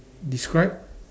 describe